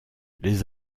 les